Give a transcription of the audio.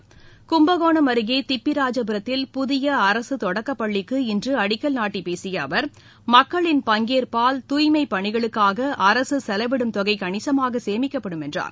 என்று தமிழக ஆளுநர் கும்பகோணம் அருகே திப்பிராஜபுரத்தில் புதிய அரசு தொடக்கப் பள்ளிக்கு இன்று அடிக்கல் நாட்டி பேசிய அவர் மக்களின் பங்கேற்பால் தூய்மை பணிகளுக்காக அரசு செலவிடும் தொகை கணிசமாக சேமிக்கப்படும் என்றார்